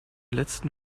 letzten